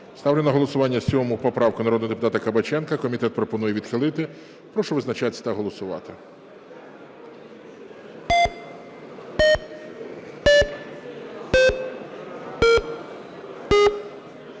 Ставлю на голосування 7 поправку народного депутата Кабаченка. Комітет пропонує відхилити. Прошу визначатися та голосувати.